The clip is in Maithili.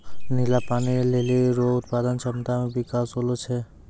नीला पानी लीली रो उत्पादन क्षमता मे बिकास होलो छै